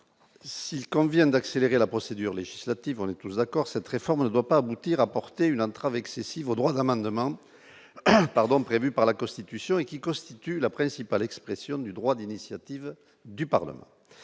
S'il convient d'accélérer la procédure législative en les clauses accord cette réforme ne doit pas aboutir apporter une entrave excessive au droit d'amendement pardon, prévue par la Constitution et qui constitue la principale expression du droit d'initiative du Parlement,